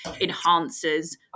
enhances